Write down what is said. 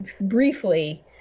briefly